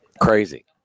crazy